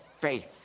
faith